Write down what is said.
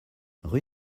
rue